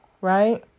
right